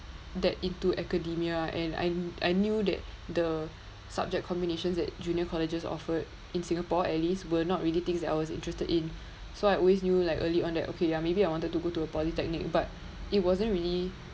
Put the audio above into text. that into academia and I I knew that the subject combinations that junior colleges offered in singapore at least were not really things that I was interested in so I always knew like early on that okay ya maybe I wanted to go to a polytechnic but it wasn't really